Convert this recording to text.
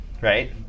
right